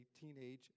teenage